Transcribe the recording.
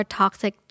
toxic